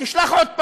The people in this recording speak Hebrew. תשלח עוד פעם,